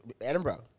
Edinburgh